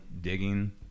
digging